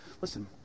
Listen